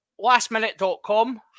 Lastminute.com